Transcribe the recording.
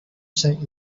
sent